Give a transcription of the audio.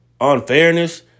unfairness